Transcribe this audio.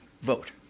vote